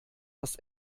das